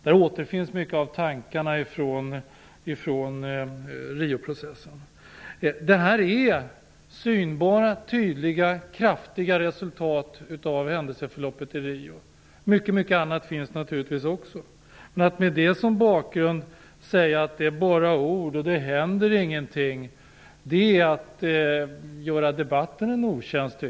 Där återfinns mycket av tankarna från Rioprocessen. Detta är synbara och tydliga resultat av Riokonferensen. Att mot denna bakgrund säga att det bara är ord och att det inte händer någonting, är att göra debatten en otjänst.